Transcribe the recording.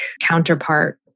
counterpart